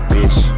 Bitch